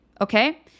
Okay